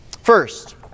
First